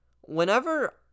whenever